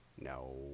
no